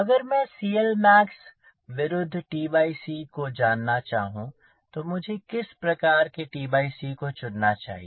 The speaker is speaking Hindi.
अगर मैं CLmax विरुद्ध को जानना चाहूँ तो मुझे किस प्रकार के को चुनना चाहिए